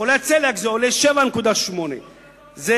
לחולי צליאק זה עולה 7.8. זה